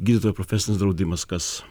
gydytojo profesinis draudimas kas